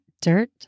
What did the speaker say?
dirt